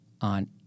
on